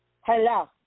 Hello